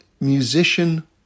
musician